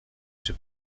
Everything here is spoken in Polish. czy